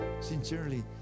sincerely